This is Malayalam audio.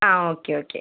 ആ ഓക്കെ ഓക്കെ